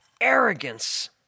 arrogance